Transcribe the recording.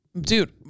Dude